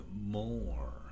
more